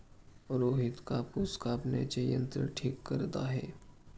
रोहित कापूस कापण्याचे यंत्र ठीक करत आहे